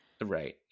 Right